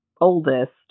oldest